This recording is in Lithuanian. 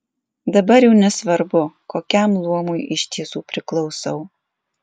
dabar jau nesvarbu kokiam luomui iš tiesų priklausau